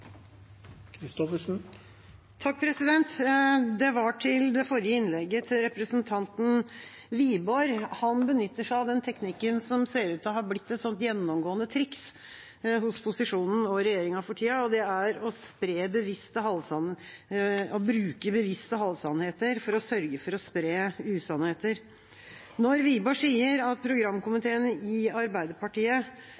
Det var til det forrige innlegget til representanten Wiborg. Han benytter seg av den teknikken som ser ut til å ha blitt et gjennomgående triks hos posisjonen og i regjeringa for tida, og det er å bruke bevisste halvsannheter for å sørge for å spre usannheter. Når Wiborg sier at